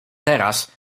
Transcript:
teraz